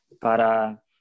para